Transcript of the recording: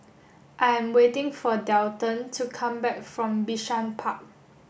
I am waiting for Delton to come back from Bishan Park